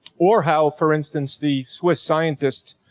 or how, for instance, the swiss scientist,